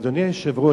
אדוני היושב-ראש,